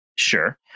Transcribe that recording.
Sure